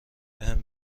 بهم